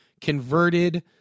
converted